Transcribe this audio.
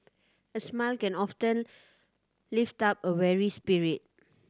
a smile can often lift up a weary spirit